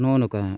ᱱᱚᱜᱼᱚ ᱱᱚᱠᱟ